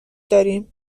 داریم